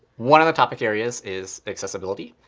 one of the topic areas is accessibility.